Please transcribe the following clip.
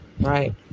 right